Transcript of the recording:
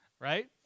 Right